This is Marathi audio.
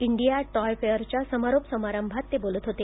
इंडिया टॉय फेअरच्या समारोप समारंभात ते बोलत होते